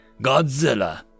Godzilla